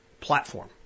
platform